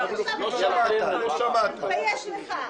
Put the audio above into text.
תתבייש לך.